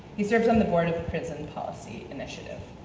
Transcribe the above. he serves on the board of of prison policy initiative.